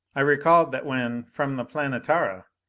i recalled that when, from the planetara,